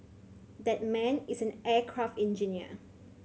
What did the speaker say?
that man is an aircraft engineer